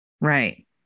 Right